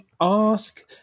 ask